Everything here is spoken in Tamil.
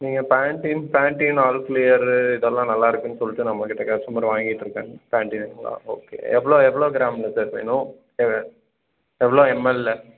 நீங்கள் பேன்டீன் பேன்டீன் ஆல் கிளியரு இதெல்லாம் நல்லா இருக்குன்னு சொல்லிவிட்டு நம்மகிட்ட கஸ்டமர் வாங்கிக்கிட்டு இருக்காங்க பேன்டீன் இதெல்லாம் ஓகே எவ்வளோ எவ்வளோ கிராம்மில் சார் வேணும் எவ்வளோ எம்எல்லை